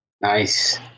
Nice